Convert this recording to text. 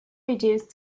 reduce